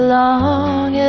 long